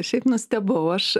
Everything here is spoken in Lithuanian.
šiaip nustebau aš